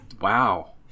Wow